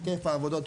היקף העבודות,